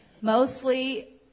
Mostly